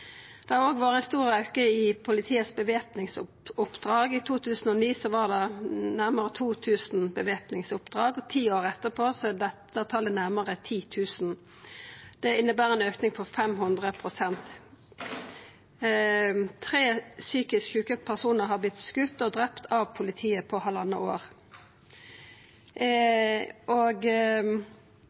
Det har òg vore ein stor auke i væpningsoppdrag i politiet. I 2009 var det nærmare 2 000 væpningsoppdrag, og ti år etter er dette talet nærmare 10 000. Det inneber ein auke på 500 pst. Tre psykisk sjuke personar har vorte skotne og drepne av politiet på halvanna år.